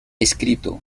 escrito